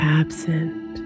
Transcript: absent